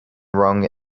wrong